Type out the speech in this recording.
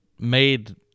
made